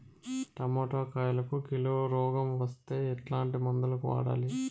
Tomato కాయలకు కిలో రోగం వస్తే ఎట్లాంటి మందులు వాడాలి?